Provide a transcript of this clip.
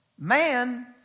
Man